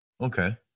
Okay